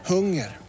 Hunger